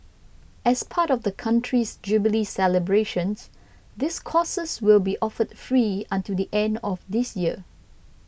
as part of the country's jubilee celebrations these courses will be offered free until the end of this year